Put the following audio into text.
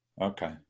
Okay